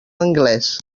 anglès